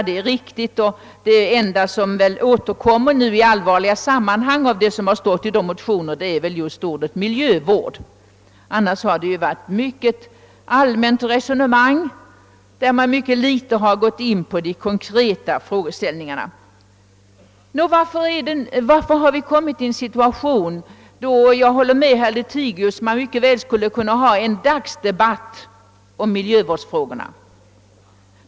Det enda som stått i dessa motioner och som nu återkommer i allvarliga sammanhang är just ordet miljövård. Annars har det varit ett mera allmänt resonemang, utan konkreta frågeställningar. Hur har vi kommit i en situation, där det — jag håller med herr Lothigius om detta — skulle kunna hållas en dagsdebatt om miljövårdsfrågorna?